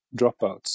dropouts